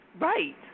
Right